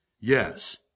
yes